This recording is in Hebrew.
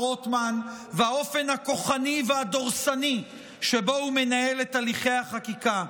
רוטמן והאופן הכוחני והדורסני שבו הוא מנהל את הליכי החקיקה.